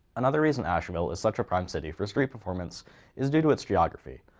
another reason asheville is such a prime city for street performance is due to its geography.